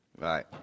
Right